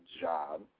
job